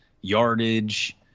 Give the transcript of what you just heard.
yardage